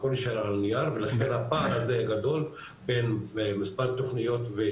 הכל יישאר על הנייר ולכן הפער הזה גדול בין מספר התוכניות.